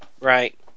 Right